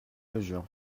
mesure